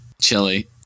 Chili